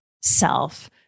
self